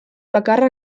bakarra